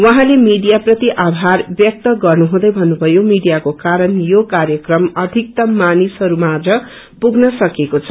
उहाँले मीडिया प्रति आभार व्यक्त गर्नुहुँदै भन्नुभयो मीडियाको कारण यो कार्यक्रम अधिकतम मानिसहरू माझ पुगन सकेको छ